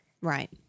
right